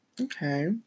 Okay